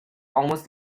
almost